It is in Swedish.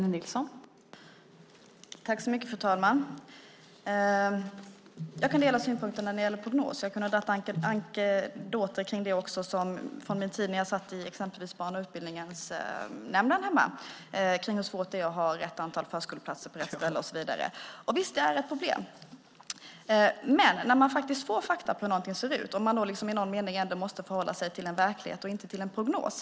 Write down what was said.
Fru talman! Jag kan dela synpunkterna när det gäller prognoser. Jag har också anekdoter från den tid jag satt i exempelvis barn och utbildningsnämnden hemma om hur svårt det är att ha rätt antal förskoleplatser på rätt ställe och så vidare. Visst är det ett problem. Sedan får man ändå fakta på hur någonting ser ut och måste i någon mening förhålla sig till en verklighet och inte till en prognos.